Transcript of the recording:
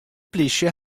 polysje